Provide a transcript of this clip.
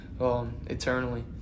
eternally